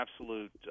absolute